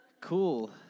Cool